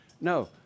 No